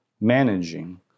managing